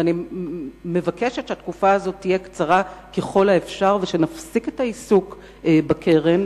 ואני מבקשת שהתקופה הזאת תהיה קצרה ככל האפשר ונפסיק את העיסוק בקרן,